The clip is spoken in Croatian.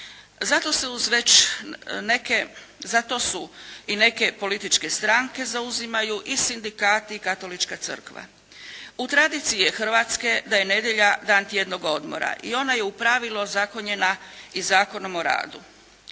Za to se i neke političke stranke zauzimaju i sindikati i Katolička crkva. U tradiciji je Hrvatske da je nedjelja dan tjednog odmora i ona je u pravilu ozakonjena i Zakonom o radu.